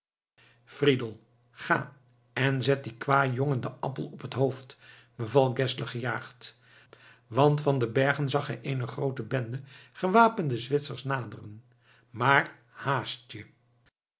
friedel ga en zet dien kwâjongen den appel op het hoofd beval geszler gejaagd want van de bergen zag hij eene groote bende gewapende zwitsers naderen maar haast je